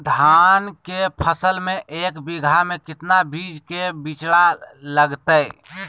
धान के फसल में एक बीघा में कितना बीज के बिचड़ा लगतय?